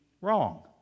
wrong